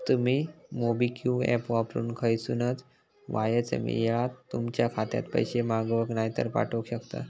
तुमी MobiKwik app वापरून खयसूनय वायच येळात तुमच्या खात्यात पैशे मागवक नायतर पाठवक शकतास